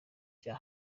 bya